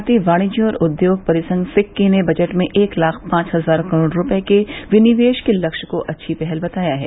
भारतीय वाणिज्य और उद्योग परिसंघ फिक्की ने बजट में एक लाख पांच हजार करोड़ रूपये के विनिवेश के लक्ष्य को अच्छी पहल बताया है